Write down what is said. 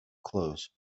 clues